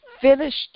finished